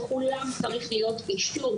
לכולם צריך להיות אישור,